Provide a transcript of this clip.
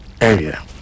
area